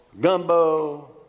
Gumbo